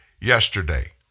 yesterday